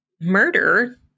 murder